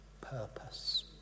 purpose